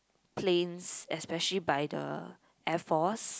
planes especially by the Air Force